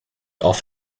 off